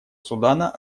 судана